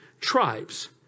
tribes